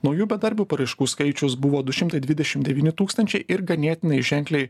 naujų bedarbių paraiškų skaičius buvo du šimtai dvidešim devyni tūkstančiai ir ganėtinai ženkliai